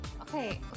okay